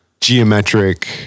geometric